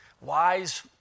wise